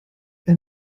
ein